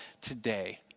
today